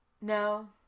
No